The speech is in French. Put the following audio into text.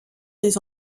des